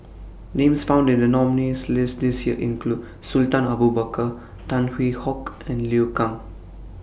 Names found in The nominees' list This Year include Sultan Abu Bakar Tan Hwee Hock and Liu Kang